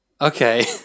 Okay